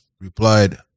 replied